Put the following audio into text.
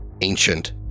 ancient